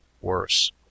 Worse